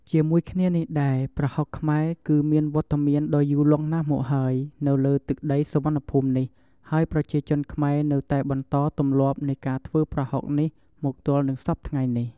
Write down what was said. ជាមួយគ្នានេះដែរ ប្រហុកខ្មែរគឺមានវត្តមានដ៏យូរលង់ណាស់មកហើយនៅលើទឹកដីសុវណ្ណភូមិនេះ ហើយប្រជាជនខ្មែរនៅតែបន្តទម្លាប់នៃការធ្វើប្រហុកនេះមកទល់នឹងសព្វថ្ងៃនេះ។